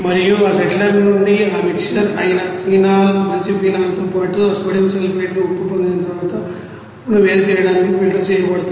మరియు ఆ సెట్ట్లెర్ నుండి ఆ మిక్సర్ ఆయిల్ ఫినాల్ మంచి ఫినాల్తో పాటు ఆ సోడియం సల్ఫేట్ ఉప్పును పొందిన తర్వాత ఆ ఉప్పును వేరు చేయడానికి ఫిల్టర్ చేయబడుతుంది